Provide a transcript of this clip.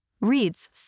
reads